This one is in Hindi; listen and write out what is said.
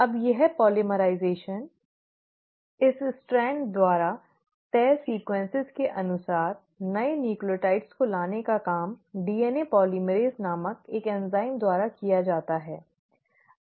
अब यह पोलीमराइज़ेशन इस स्ट्रैंड द्वारा तय अनुक्रमों के अनुसार नए न्यूक्लियोटाइड्स को लाने का काम DNA polymerase नामक एक एंजाइम द्वारा किया जाता है